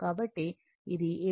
కాబట్టి ఇది 7